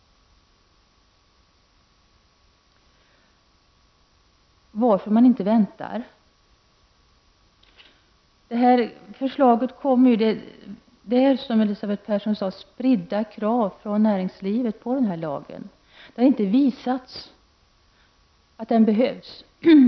Varför väntar man inte? Det är, som Elisabeth Persson sade, spridda krav från näringslivet på den här lagen. Det har inte visats att den behövs.